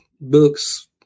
books